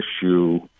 issue